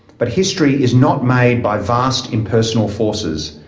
but history is not made by vast impersonal forces.